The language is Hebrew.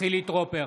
חילי טרופר,